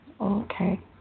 Okay